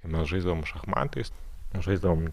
mes žaisdavom šachmatais žaisdavom